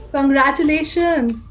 Congratulations